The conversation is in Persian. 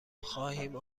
خواهیم